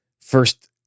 first